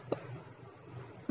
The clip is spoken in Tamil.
Vuln